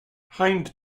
hind